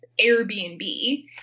Airbnb